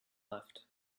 left